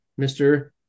Mr